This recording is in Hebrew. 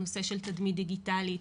הנושא של תדמית דיגיטלית,